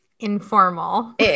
informal